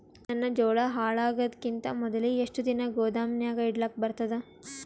ನನ್ನ ಜೋಳಾ ಹಾಳಾಗದಕ್ಕಿಂತ ಮೊದಲೇ ಎಷ್ಟು ದಿನ ಗೊದಾಮನ್ಯಾಗ ಇಡಲಕ ಬರ್ತಾದ?